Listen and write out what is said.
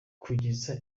kugeza